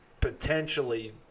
potentially